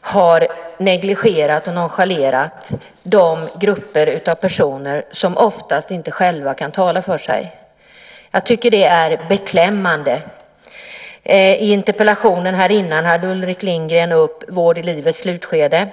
har negligerat och nonchalerat de grupper av personer som inte själva kan tala för sig. Jag tycker att det är beklämmande. I den föregående interpellationsdebatten tog Ulrik Lindgren upp frågan om vård i livets slutskede.